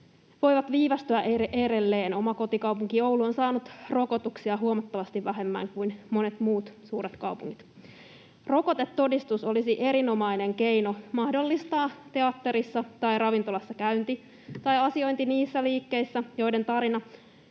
voivat viivästyä edelleen. Oma kotikaupunkini Oulu on saanut rokotuksia huomattavasti vähemmän kuin monet muut suuret kaupungit. Rokotetodistus olisi erinomainen keino mahdollistaa teatterissa tai ravintolassa käynti tai asiointi niissä liikkeissä, joiden tarina